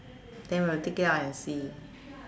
then you will take it out and see